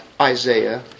Isaiah